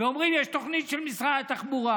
ואומרים שיש תוכנית של משרד התחבורה: